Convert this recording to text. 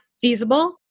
feasible